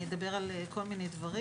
אני אדבר על כל מיני דברים.